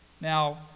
Now